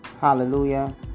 Hallelujah